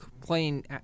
playing